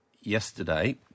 yesterday